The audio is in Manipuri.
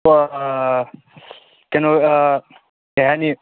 ꯀꯩꯅꯣ ꯀꯔꯤ ꯍꯥꯏꯅꯤ